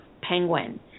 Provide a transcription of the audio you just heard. Penguin